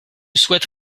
souhaite